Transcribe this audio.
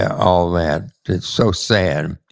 yeah all that. it's so sad.